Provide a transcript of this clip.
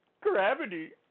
gravity